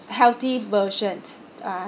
healthy versions uh